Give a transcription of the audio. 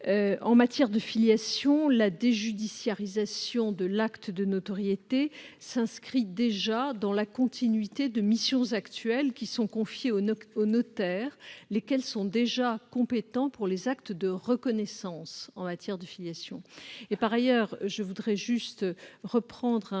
En matière de filiation, la déjudiciarisation de l'acte de notoriété s'inscrit déjà dans la continuité de missions actuelles confiées aux notaires, lesquels sont aujourd'hui compétents pour les actes de reconnaissance en matière de filiation. Par ailleurs, cette déjudiciarisation